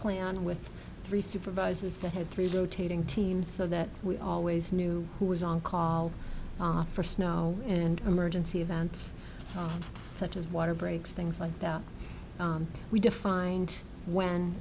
plan with three supervisors that had three rotating teams so that we always knew who was on call for snow and emergency events such as water breaks things like that we defined when